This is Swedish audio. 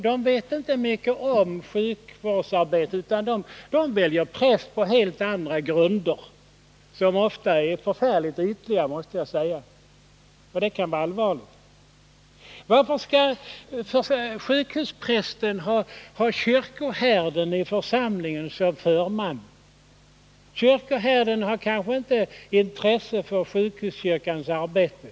De vet inte mycket om sjukvårdsarbete, utan de väljer präst på helt andra grunder, som ofta är förfärligt ytliga, och det kan vara allvarligt. Varför skall sjukhusprästen ha kyrkoherden i församlingen till förman? Kyrkoherden har kanske inte intresse för sjukhuskyrkans arbete.